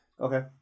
Okay